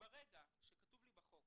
ברגע שכתוב בחוק